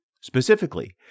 Specifically